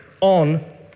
on